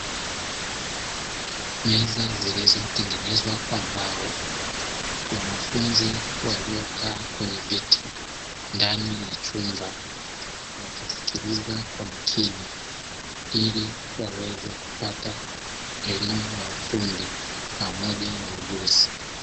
Meza zilizotengenezwa kwa mbao, wanafunzi waliokaa kwenye viti ndani ya chumba wakisikiliza kwa makini, ili waweze kupata elimu ya ufundi pamoja na ujuzi.